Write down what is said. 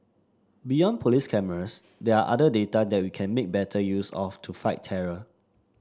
beyond police cameras there are other data that we can make better use of to fight terror